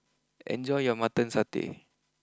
enjoy your Mutton Satay